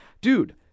Dude